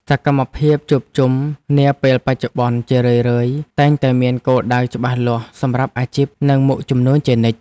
សកម្មភាពជួបជុំនាពេលបច្ចុប្បន្នជារឿយៗតែងតែមានគោលដៅច្បាស់លាស់សម្រាប់អាជីពនិងមុខជំនួញជានិច្ច។